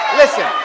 listen